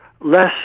less